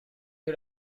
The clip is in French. que